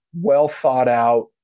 well-thought-out